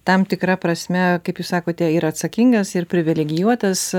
tam tikra prasme kaip jūs sakote yra atsakingas ir privilegijuotas